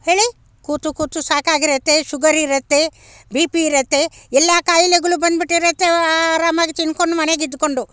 ಹೇಳಿ ಕೂತು ಕೂತು ಸಾಕಾಗಿರತ್ತೆ ಶುಗರಿರುತ್ತೆ ಬಿ ಪಿ ಇರುತ್ತೆ ಎಲ್ಲ ಕಾಯಿಲೆಗಳು ಬಂದ್ಬಿಟ್ಟಿರುತ್ತೆ ಆರಾಮಾಗಿ ತಿಂದ್ಕೊಂಡು ಮನೆಲಿದ್ಕೊಂಡು